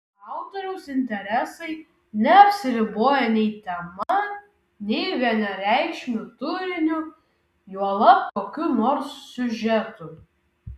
autoriaus interesai neapsiriboja nei tema nei vienareikšmiu turiniu juolab kokiu nors siužetu